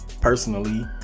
personally